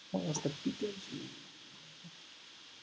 what was the biggest